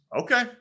Okay